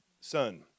son